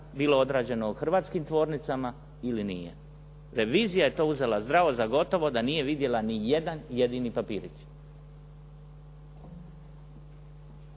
bilo odrađeno u hrvatskim tvornicama ili nije. Revizija je to uzela zdravo za gotovo da nije vidjela ni jedan jedini papirić.